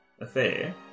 affair